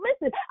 listen